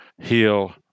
heal